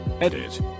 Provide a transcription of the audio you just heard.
Edit